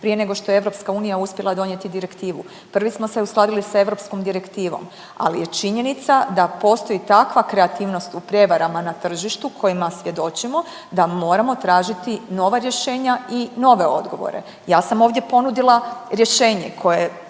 prije nego što je EU uspjela donijeti direktivu, prvi smo se uskladili sa europskom direktivom, al je činjenica da postoji takva kreativnost u prijevarama na tržištu kojima svjedočimo da moramo tražiti nova rješenja i nove odgovore. Ja sam ovdje ponudila rješenje koje